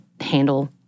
handle